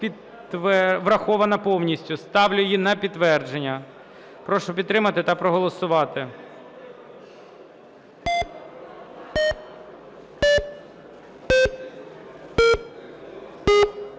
врахована повністю. Ставлю її на підтвердження. Прошу підтримати та проголосувати.